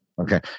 okay